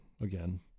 again